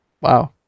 wow